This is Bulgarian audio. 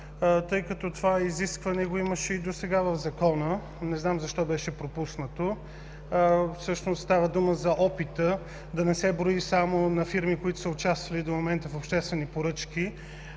тъй като това изискване го имаше и досега в Закона – не знам защо беше пропуснато. Всъщност става дума за опита да не се брои само на фирми, които са участвали до момента в обществени поръчки,